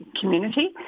community